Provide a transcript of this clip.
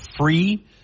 free –